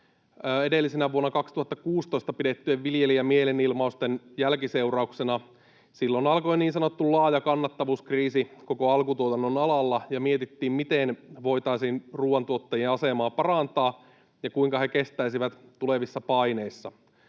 edellisenä vuonna, 2016, pidettyjen viljelijöiden mielenilmausten jälkiseurauksena. Silloin alkoi niin sanottu laaja kannattavuuskriisi koko alkutuotannon alalla ja mietittiin, miten voitaisiin ruuantuottajien asemaa parantaa ja kuinka he kestäisivät tulevissa paineissa.